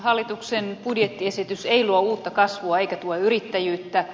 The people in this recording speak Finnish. hallituksen budjettiesitys ei luo uutta kasvua eikä tue yrittäjyyttä